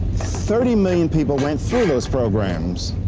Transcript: thirty million people went through those programs.